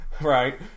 Right